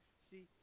See